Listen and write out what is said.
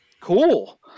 cool